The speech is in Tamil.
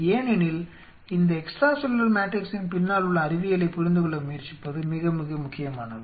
ஏனெனில் இந்த எக்ஸ்ட்ரா செல்லுலார் மேட்ரிக்ஸின் பின்னால் உள்ள அறிவியலைப் புரிந்துகொள்ள முயற்சிப்பது மிக மிக மிக முக்கியமானது